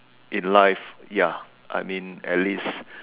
in life ya I mean at least